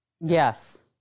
Yes